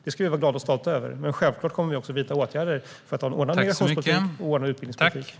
Det ska vi vara glada och stolta över, men självklart kommer vi också att vidta åtgärder för en ordnad migrationspolitik och en ordnad utbildningspolitik.